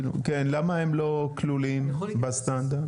למה הם לא כלולים בסטנדרט?